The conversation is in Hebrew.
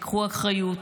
קחו אחריות,